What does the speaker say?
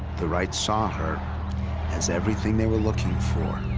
the right saw her as everything they were looking for.